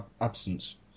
absence